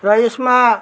र यसमा